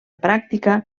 pràctica